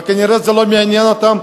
וכנראה זה לא מעניין אותה.